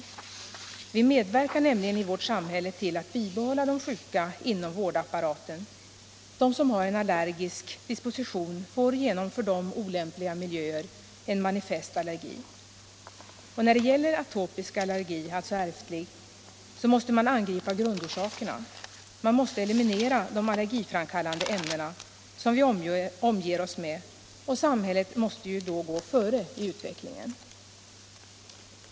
— Nr 57 Vi medverkar nämligen i vårt samhälle till att bibehålla de sjuka inom vårdapparaten — de som har en allergisk disposition får genom för dem olämpliga miljöer en manifest allergi. När det gäller atopisk — alltså ärftlig, —- allergi måste man angripa grundorsaken. Man måste eliminera de al Om bekämpandet lergiframkallande ämnena, som vi omger oss med, och samhället måste = av allergiska då gå före i utvecklingen.